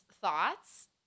thoughts